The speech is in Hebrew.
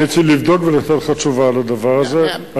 אני צריך לבדוק ולתת לך תשובה על הדבר הזה.